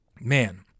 Man